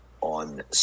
on